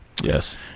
Yes